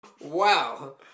Wow